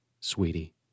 sweetie